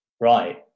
right